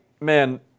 man